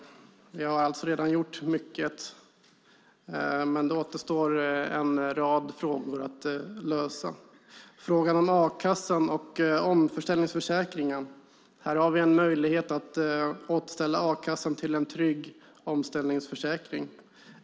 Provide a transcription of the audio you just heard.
Vi har alltså redan gjort mycket, men det återstår en rad frågor att lösa. Frågan om a-kassan och omställningsförsäkringen: Här har vi möjligheten att återställa a-kassan till en trygg omställningsförsäkring.